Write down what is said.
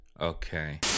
Okay